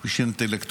הוא איש אינטלקטואל,